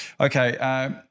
Okay